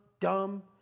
dumb